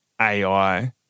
AI